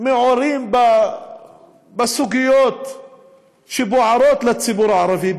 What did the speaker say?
עיתונאים שמעורים בסוגיות שבוערות לציבור הערבי,